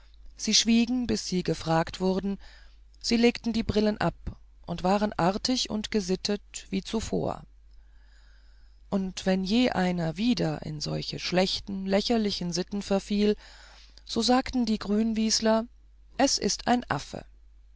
sie schwiegen bis sie gefragt wurden sie legten die brillen ab und waren artig und gesittet wie zuvor und wenn je einer wieder in solche schlechte lächerliche sitten verfiel so sagten die grünwieseler es ist ein affe